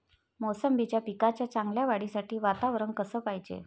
मोसंबीच्या पिकाच्या चांगल्या वाढीसाठी वातावरन कस पायजे?